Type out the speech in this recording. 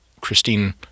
Christine